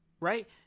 right